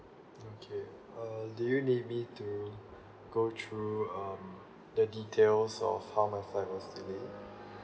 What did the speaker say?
okay uh do you need me to go through um the details of how my flight was delayed